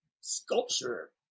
sculpture